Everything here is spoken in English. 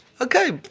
Okay